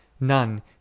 None